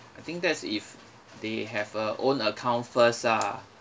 I think that's if they have a own account first ah